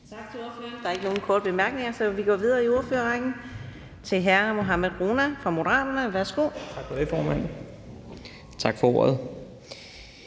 Tak til ordføreren. Der er ikke nogen korte bemærkninger, så vi går videre i ordførerrækken til hr. Mohammad Rona fra Moderaterne. Værsgo. Kl. 17:06 (Ordfører)